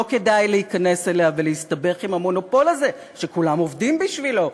כדאי להיכנס אליה ולהסתבך עם המונופול הזה שכולם עובדים בשבילו.